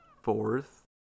fourth